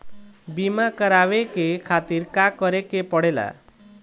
बीमा करेवाए के खातिर का करे के पड़ेला?